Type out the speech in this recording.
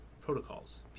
protocols